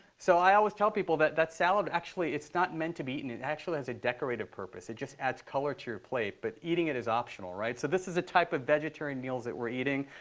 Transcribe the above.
so i always tell people, that that salad, actually, it's not meant to be eaten. it actually has a decorative purpose. it just adds color to your plate. but eating it is optional, right? so this is a type of vegetarian meal that we're eating.